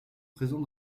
présents